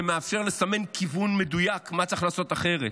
זה מאפשר לסמן כיוון מדויק מה צריך לעשות אחרת.